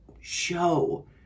show